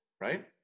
right